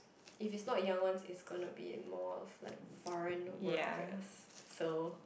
if is not young one is going to be more of like foreigner workers so